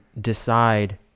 decide